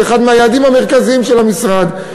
זה אחד מהיעדים המרכזיים של המשרד.